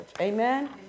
Amen